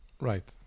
Right